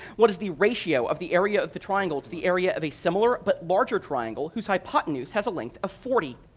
what is the ratio of the area of the triangle to the area of a similar, but larger, triangle whose hypotenuse has a length of forty?